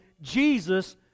Jesus